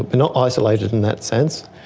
but not isolated in that sense,